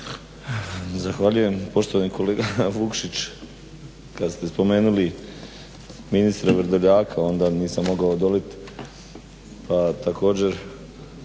Zahvaljujem. Poštovani kolega Vukšić kad ste spomenuli ministra Vrdoljaka onda nisam mogao odoliti